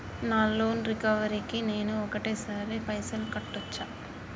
నా loan recovery కి నేను ఒకటేసరి పైసల్ కట్టొచ్చా?